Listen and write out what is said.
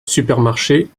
supermarché